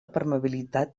permeabilitat